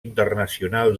internacional